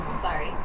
Sorry